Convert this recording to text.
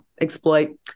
exploit